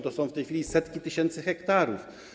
To są w tej chwili setki tysięcy hektarów.